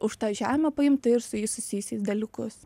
už tą žemę paimtą ir su jais susijusius dalykus